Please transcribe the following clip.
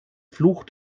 fluch